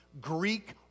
Greek